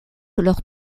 leur